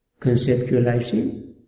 conceptualizing